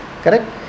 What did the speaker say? Correct